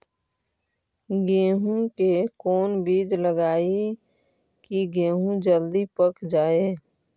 गेंहू के कोन बिज लगाई कि गेहूं जल्दी पक जाए?